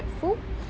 ~ful